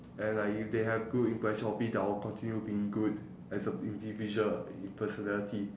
and like if they have good impression of me then I'll continue being good as a individual in personality